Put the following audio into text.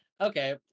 okay